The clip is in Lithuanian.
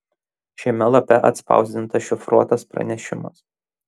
šiame lape atspausdintas šifruotas pranešimas